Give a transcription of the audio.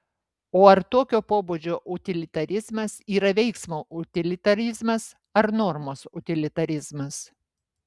o ar tokio pobūdžio utilitarizmas yra veiksmo utilitarizmas ar normos utilitarizmas